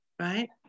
right